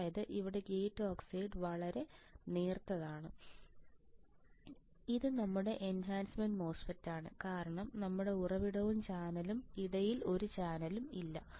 അതായത് ഇവിടെ gate oxide വളരെ നേർത്തതാണ് ഇത് നമ്മുടെ എൻഹാൻസ്മെൻറ് മോസ്ഫെറ്റാണ് കാരണം നമ്മുടെ ഉറവിടത്തിനും ചാനലിനും ഇടയിൽ ഒരു ചാനലും ഇല്ല